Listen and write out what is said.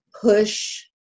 push